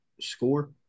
score